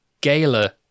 gala